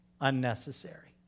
unnecessary